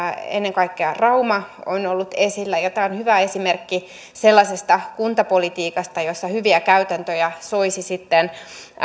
ennen kaikkea rauma on ollut esillä ja tämä on hyvä esimerkki sellaisesta kuntapolitiikasta josta hyviä käytäntöjä soisi sitten